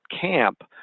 camp